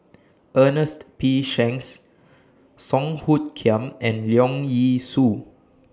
Ernest P Shanks Song Hoot Kiam and Leong Yee Soo